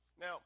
Now